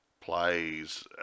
plays